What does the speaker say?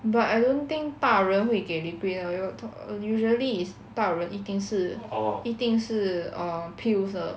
but I don't think 大人会给 liquid [one] 因为通 usually is 大人一定是一定是 err pills 的